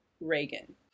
Reagan